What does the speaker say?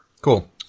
Cool